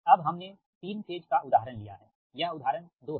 अब हमने तीन फेज का उदाहरण लिया है यह उदाहरण 2 है